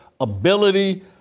ability